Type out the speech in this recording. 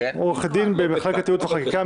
עורכת דין במחלקת ייעוץ וחקיקה,